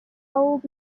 old